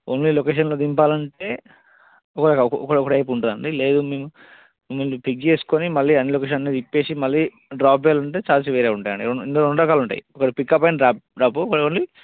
only లొకేషన్లో దింపాలంటే ఒక ఒక ఒక టైప్ ఉంటుంది అండి లేదు మేమము మేము పిక్ చేసుకుని మళ్ళీ అన్నీ లొకేషన్లు తిప్పేసి మళ్ళీ డ్రాప్ చేయాలంటే చార్జీలు వేరే ఉంటాయండి ఇందులో రెండు రకాలు ఉంటాయి ఒకటి pickup and drop drop for only